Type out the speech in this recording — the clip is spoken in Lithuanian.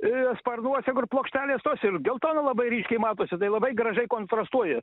i sparnuose kur plokštelės tos ir geltona labai ryškiai matosi tai labai gražiai kontrastuoja